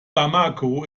bamako